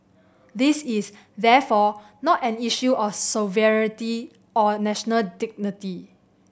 this is therefore not an issue of sovereignty or national dignity